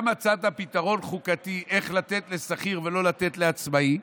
גם מצאת פתרון חוקתי איך לתת לשכיר ולא לתת לעצמאי,